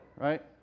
right